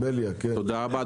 תודה רבה,